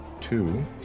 two